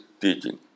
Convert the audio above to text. teaching